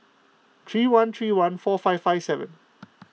three one three one four five five seven